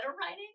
writing